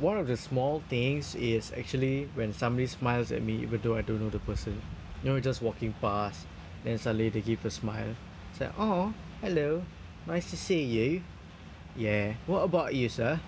one of the small things is actually when somebody smiles at me even though I don't know the person you know just walking pass then suddenly they give a smile it's like !aww! hello nice to see you yeah what about you sir